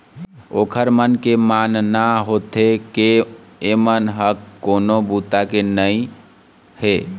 ओखर मन के मानना होथे के एमन ह कोनो बूता के नइ हे